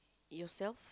yourself